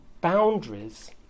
boundaries